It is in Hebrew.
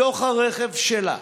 בתוך הרכב שלה,